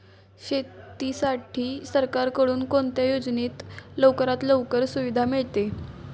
शेतीसाठी सरकारकडून कोणत्या योजनेत लवकरात लवकर सुविधा मिळते?